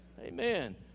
Amen